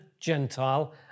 Gentile